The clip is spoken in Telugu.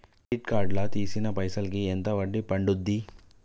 క్రెడిట్ కార్డ్ లా తీసిన పైసల్ కి ఎంత వడ్డీ పండుద్ధి?